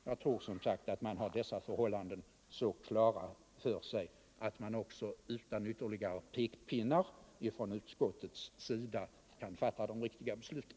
Jag tror att man har dessa förhållanden så klara för sig att man också utan ytterligare pekpinnar från utskottets sida kan fatta de riktiga besluten.